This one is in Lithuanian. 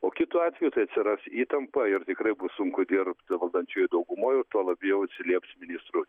o kitu atveju tai atsiras įtampa ir tikrai bus sunku dirbt valdančiojoj daugumoj tuo labjau atsilieps ministrui